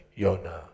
yona